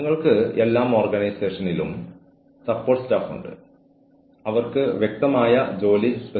ക്ഷമിക്കണം എനിക്ക് നിങ്ങളുടെ കാഴ്ചപ്പാട് നേരത്തെ കാണാൻ കഴിഞ്ഞില്ല